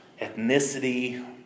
ethnicity